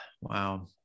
wow